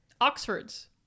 oxfords